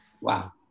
Wow